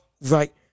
right